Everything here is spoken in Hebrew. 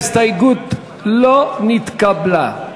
ההסתייגות לא נתקבלה.